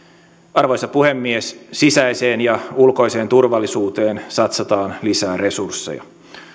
arvoisa puhemies sisäiseen ja ulkoiseen turvallisuuteen satsataan lisää resursseja